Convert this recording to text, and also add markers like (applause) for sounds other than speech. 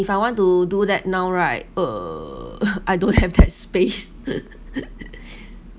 if I want to do that now right uh I don't have that space (laughs)